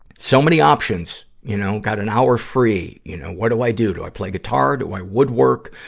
so many options, you know. got an hour free you know what do i do? do i play guitar? do i woodwork?